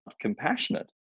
compassionate